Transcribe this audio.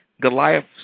Goliath